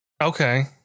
okay